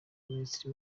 minisitiri